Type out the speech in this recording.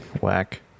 whack